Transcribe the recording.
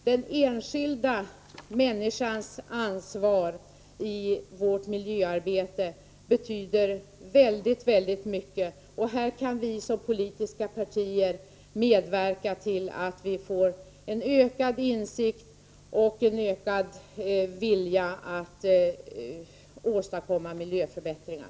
Den enskilda människans ansvar i vårt miljöarbete betyder väldigt mycket. Här kan vi såsom politiska partier medverka till ökad insikt och vilja att åstadkomma miljöförbättringar.